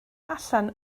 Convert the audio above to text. allan